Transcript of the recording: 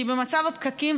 כי במצב הפקקים,